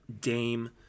Dame